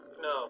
No